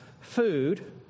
food